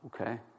Okay